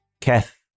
Keth